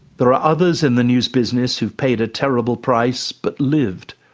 there are others in the news business who've paid a terrible price but lived.